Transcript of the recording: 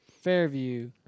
Fairview